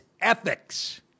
ethics